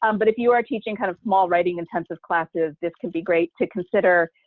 um but if you are teaching kind of small writing-intensive classes, this can be great to consider.